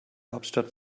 hauptstadt